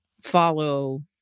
follow